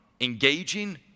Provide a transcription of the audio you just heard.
engaging